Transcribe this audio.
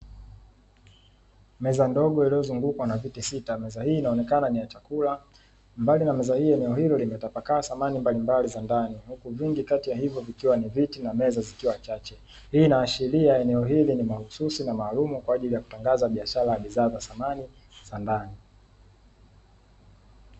Meza ndogo iliyozungukwa na viti sita, meza hii inaonekana ni ya chakula. Mbali na meza hiyo eneo hilo limetapakaa samani mbalimbali za ndani, huku vingi kati ya hivyo vikiwa ni viti na meza zikiwa chache. Hii inaashiria eneo hili ni mahususi na maalumu kwa kutangaza bidhaa ya samani za ndani.